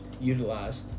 utilized